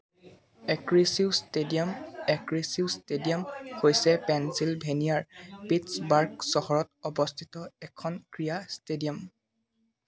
Acrisure stadium Acrisure stadium হৈছে পেনছীলভেনিয়াৰ Pittsburgh চহৰত অৱস্থিত এখন ক্ৰীড়া ষ্টেডিয়াম